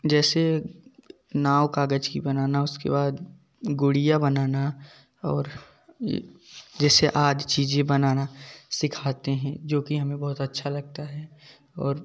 जैसे नाव कागज की बनाना उसके बाद गुड़िया बनाना और जैसे आदि चीज़ें बनाना सिखाते हैं जो कि हमें बहुत अच्छा लगता है